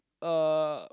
uh